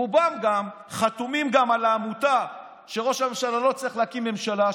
רובם חתומים גם על העמותה שלפיה ראש הממשלה לא צריך להקים ממשלה,